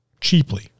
cheaply